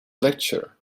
lecture